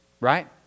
right